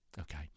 okay